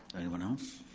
anyone else?